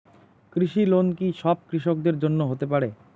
কৃষি লোন কি সব কৃষকদের জন্য হতে পারে?